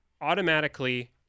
automatically